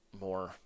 more